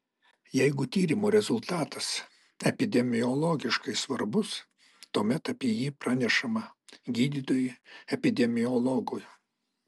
jeigu tyrimo rezultatas epidemiologiškai svarbus tuomet apie jį pranešama gydytojui epidemiologui